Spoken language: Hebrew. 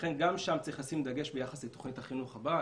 ולכן גם שם צריך לשים דגש ביחס לתוכנית החינוך הבאה,